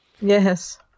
Yes